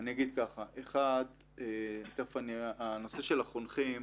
בנושא החונכים